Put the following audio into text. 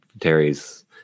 Terry's